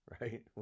Right